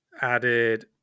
added